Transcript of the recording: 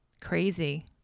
Crazy